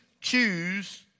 choose